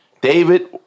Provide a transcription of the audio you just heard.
David